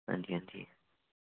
हां जी हां जी